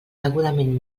degudament